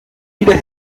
wieder